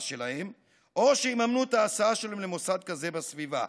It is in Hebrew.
שלהם או שיממנו את ההסעה שלהם למוסד כזה בסביבה.